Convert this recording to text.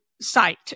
site